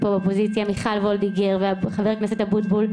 באופוזיציה מיכל וולדיגר וח"כ אבוטבול,